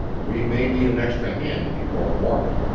we may need an extra hand before morning.